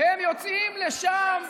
והם יוצאים לשם,